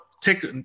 take